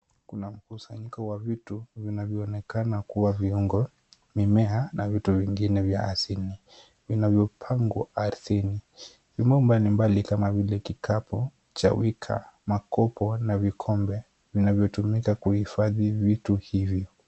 Kuna mkusanyiko wa vitu vinavyoonekana kuwa viungo, mimea na vitu vingine vya asili vinavyopangwa ardhini. Vyombo mbalimbali kama vile kikapu, chawika, makopo na vikombe vinavyotumika kuhifadhi vitu hivi.